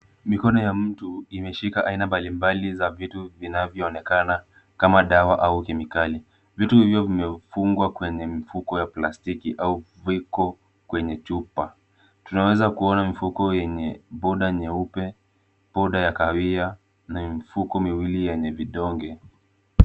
Mikono ya mtu imeshika aina mbalimbali za vitu vinavyoonekana kama dawa au kemikali. Vitu hivyo vimefungwa kwenye mifuko ya plastiki au viko kwenye chupa. Tunaweza kuona mifuko yenye poda nyeupe, poda ya kahawia na mifuko miwili yenye vidonge.